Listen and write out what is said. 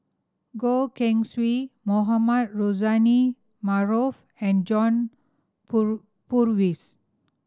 Goh Keng Swee Mohamed Rozani Maarof and John Poor Purvis